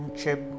Chip